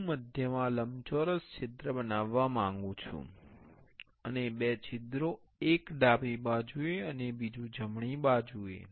હું મધ્યમાં લંબચોરસ છિદ્ર બનાવવા માંગુ છું અને બે છિદ્રો એક ડાબી બાજુએ અને બીજું જમણી બાજુએ